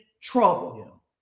trouble